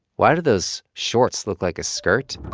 why do those shorts look like a skirt?